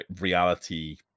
reality